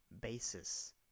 basis